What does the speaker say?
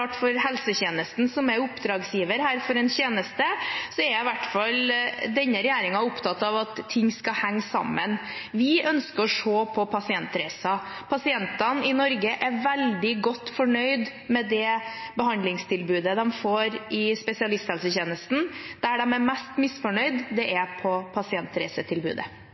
for helsetjenesten, som her er oppdragsgiver for en tjeneste – er i hvert fall denne regjeringen opptatt av at ting skal henge sammen. Vi ønsker å se på pasientreiser. Pasientene i Norge er veldig godt fornøyd med det behandlingstilbudet de får i spesialisthelsetjenesten. Der de er mest misfornøyd, er på pasientreisetilbudet.